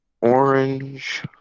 orange